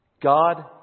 God